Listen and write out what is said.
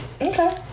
Okay